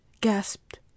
gasped